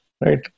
Right